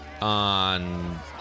on